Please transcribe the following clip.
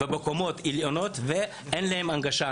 והם גרים בקומות העליונות ואין להם הנגשה.